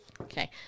Okay